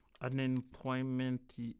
unemployment